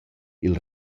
i’l